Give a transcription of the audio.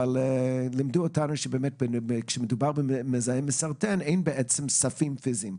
אבל לימדו אותנו שכשמדובר במזהם מסרטן אין בעצם ספים פיזיים,